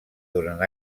durant